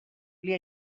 ولی